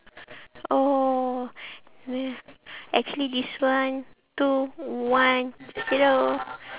oh actually this one two one zero